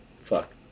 Fuck